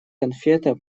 конфета